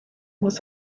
was